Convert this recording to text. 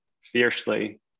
fiercely